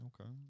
Okay